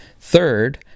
Third